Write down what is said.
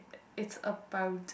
it's about